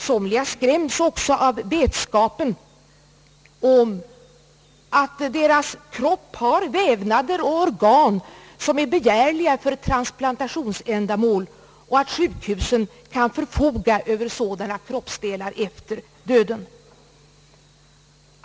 Somliga skräms också av vetskapen om att deras kropp har vävnader och organ som är begärliga för transplantationsändamål och att sjukhusen kan förfoga över sådana kroppsdelar efter döden.